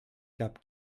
gab